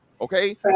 okay